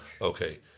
Okay